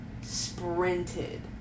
sprinted